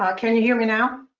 um can you hear me now?